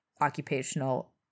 occupational